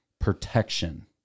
protection